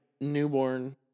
newborn